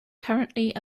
currently